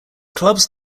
clubs